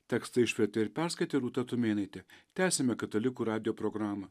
tekstą išvertė ir perskaitė rūta tumėnaitė tęsiame katalikų radijo programą